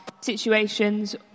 situations